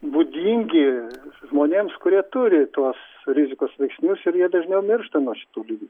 būdingi žmonėms kurie turi tuos rizikos veiksnius ir jie dažniau miršta nuo šitų ligų